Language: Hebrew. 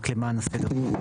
ולמען הסדר,